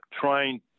trying